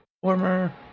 former